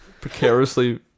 Precariously